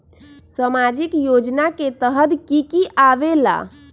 समाजिक योजना के तहद कि की आवे ला?